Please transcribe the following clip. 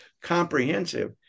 comprehensive